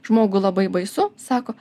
žmogui labai baisu sako